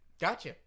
Gotcha